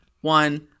one